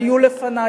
היו לפני,